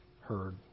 heard